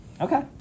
Okay